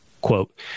Quote